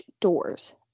doors